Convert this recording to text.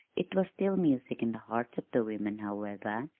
it was still music in the hearts of the women, however,